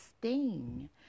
sting